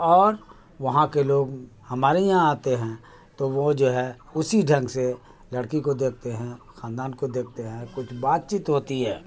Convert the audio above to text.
اور وہاں کے لوگ ہمارے یہاں آتے ہیں تو وہ جو ہے اسی ڈھنگ سے لڑکی کو دیکھتے ہیں خاندان کو دیکھتے ہیں کچھ بات چیت ہوتی ہے